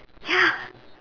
ya